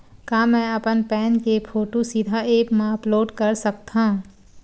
का मैं अपन पैन के फोटू सीधा ऐप मा अपलोड कर सकथव?